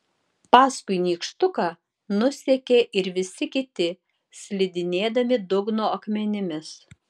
paskui nykštuką nusekė ir visi kiti slidinėdami dugno akmenimis